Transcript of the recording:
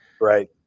right